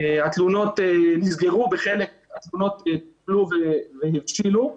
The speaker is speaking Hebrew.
שהתלונות נסגרו, חלק התלונות טופלו והבשילו,